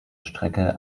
strecke